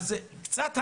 זה קצת הנחה?